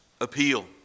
appeal